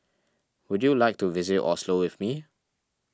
would you like to visit Oslo with me